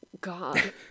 God